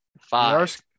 Five